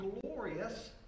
glorious